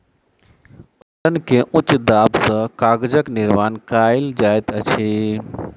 उपकरण के उच्च दाब सॅ कागजक निर्माण कयल जाइत अछि